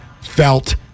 felt